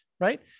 right